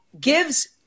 gives